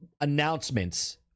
announcements